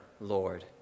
Lord